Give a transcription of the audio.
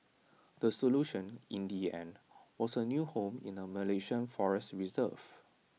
the solution in the end was A new home in A Malaysian forest reserve